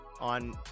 on